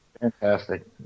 Fantastic